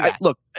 Look